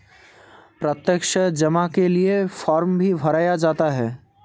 प्रत्यक्ष जमा के लिये फ़ार्म भी भराया जाता है